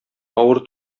авыр